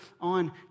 on